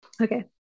Okay